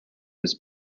was